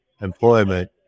employment